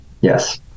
Yes